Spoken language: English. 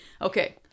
Okay